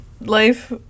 life